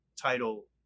title